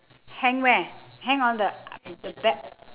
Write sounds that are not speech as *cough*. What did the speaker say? hang where hang on the *noise* the bag